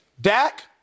Dak